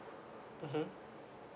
mmhmm